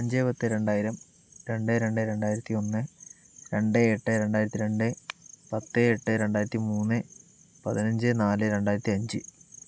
അഞ്ച് പത്ത് രണ്ടായിരം രണ്ട് രണ്ട് രണ്ടായിരത്തി ഒന്ന് രണ്ട് എട്ട് രണ്ടായിരത്തി രണ്ട് പത്ത് എട്ട് രണ്ടായിരത്തി മൂന്ന് പതിനഞ്ച് നാല് രണ്ടായിരത്തി അഞ്ച്